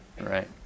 right